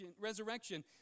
resurrection